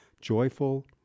joyful